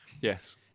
Yes